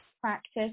practice